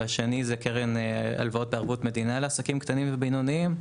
והשני הוא הקרן הלוואות בערבות המדינה לעסקים קטנים ובינוניים.